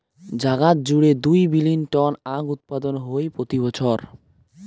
জাগাত জুড়ে দুই বিলীন টন আখউৎপাদন হই প্রতি বছর